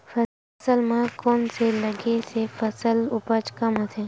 फसल म कोन से लगे से फसल उपज कम होथे?